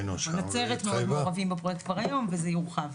הצוות מאוד מעורבים בפרויקט כבר היום וזה יורחב.